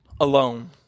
alone